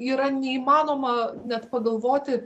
yra neįmanoma net pagalvoti